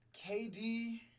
KD